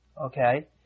okay